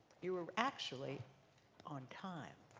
you were actually on time.